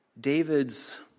David's